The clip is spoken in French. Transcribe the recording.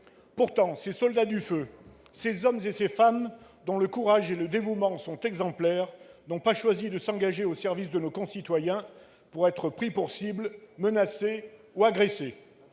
Pourtant, ces soldats du feu, ces hommes et ces femmes dont le courage et le dévouement sont exemplaires, n'ont pas choisi de s'engager au service de nos concitoyens pour être pris pour cibles, menacés ou agressés.